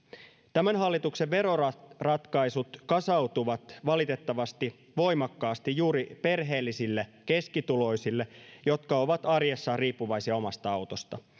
tämän hallituksen veroratkaisut kasautuvat valitettavasti voimakkaasti juuri perheellisille keskituloisille jotka ovat arjessaan riippuvaisia omasta autosta